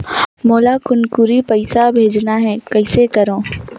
मोला कुनकुरी पइसा भेजना हैं, कइसे करो?